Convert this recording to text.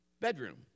bedroom